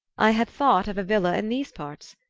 i had thought of a villa in these parts.